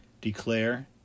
Declare